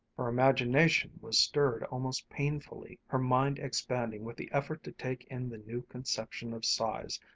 her imagination was stirred almost painfully, her mind expanding with the effort to take in the new conception of size,